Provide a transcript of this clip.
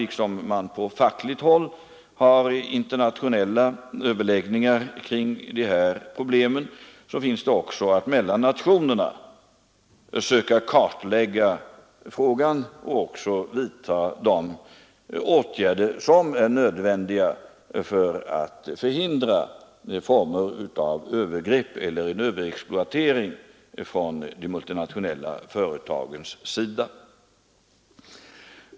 Liksom man på fackligt håll har internationella överläggningar kring dessa problem finns det all anledning att mellan nationerna försöka kartlägga hela denna fråga och vidta de åtgärder som är nödvändiga för att förhindra övergrepp eller överexploatering från de multinationella företagens sida.